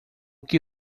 que